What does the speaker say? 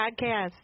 podcast